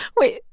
wait.